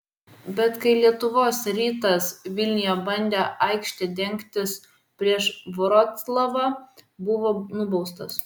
bet kai lietuvos rytas vilniuje bandė aikšte dengtis prieš vroclavą buvo nubaustas